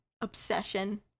obsession